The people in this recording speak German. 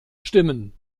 stimmen